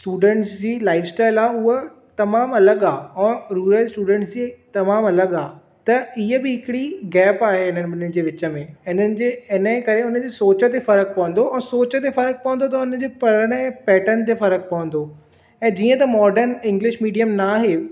students जी life style आहे उहा तमामु अलॻि आहे ऐं रूरल स्टूडंट्स जी तमामु अलॻि आहे त हूअ बि हिकिड़ी गैप आहे बि॒नी जे विच में इन्हनि जे इन्हीअ करे हुनजी सोच ते फ़रक़ु पवंदो सोच ते फ़रक़ु पवंदो त हुनजे पढ़ण जे पैटर्न ते फ़रक़ु पवंदो ऐं जीअं त माडर्न इंग्लिश मीडियम न आहे